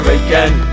again